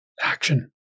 action